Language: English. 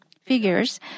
figures